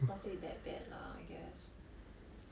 not say that bad lah I guess